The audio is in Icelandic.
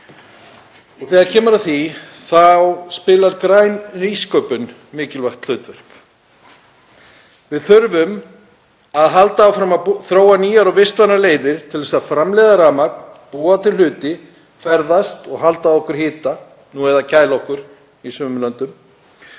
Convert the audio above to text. Þegar kemur að því spilar græn nýsköpun mikilvægt hlutverk. Við þurfum að halda áfram að þróa nýjar og vistvænar leiðir til að framleiða rafmagn og búa til hluti, ferðast og halda á okkur hita, nú eða kæla okkur í sumum löndum.